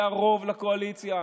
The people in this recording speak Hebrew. היה רוב לקואליציה,